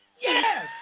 Yes